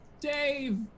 Dave